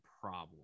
problem